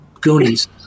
Goonies